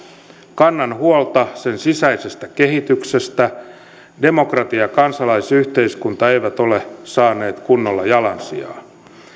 kannan huolta sen sisäisestä kehityksestä demokratia ja kansalaisyhteiskunta eivät ole saaneet kunnolla jalansijaa